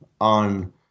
on